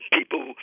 People